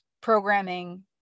programming